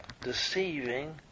deceiving